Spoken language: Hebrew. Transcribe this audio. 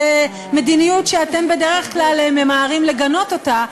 זו מדיניות שאתם בדרך כלל ממהרים לגנות אותה,